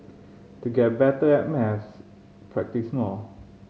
to get better at maths practise more